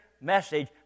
message